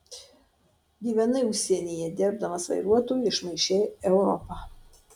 gyvenai užsienyje dirbdamas vairuotoju išmaišei europą